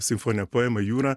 simfoninę poemą jūra